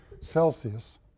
Celsius